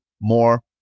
more